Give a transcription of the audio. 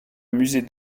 musée